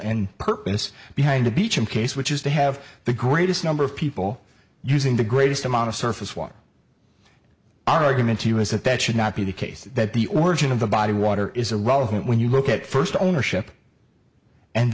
and purpose behind the beach in case which is to have the greatest number of people using the greatest amount of surface water argument to us that that should not be the case that the origin of the body water is irrelevant when you look at first ownership and